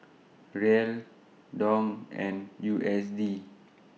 Riel Dong and U S D